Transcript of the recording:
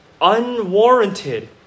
unwarranted